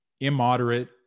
immoderate